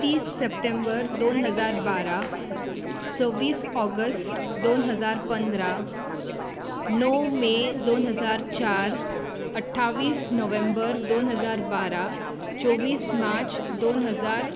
तीस सप्टेंबर दोन हजार बारा सव्वीस ऑगस्ट दोन हजार पंदरा णव मे दोन हजार चार अठ्ठावीस नोव्हेंबर दोन हजार बारा चोवीस मार्च दोन हजार